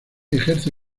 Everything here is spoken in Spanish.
ejerce